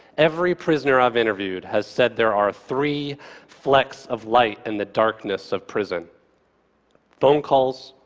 every prisoner i've interviewed has said there are three flecks of light in the darkness of prison phone calls,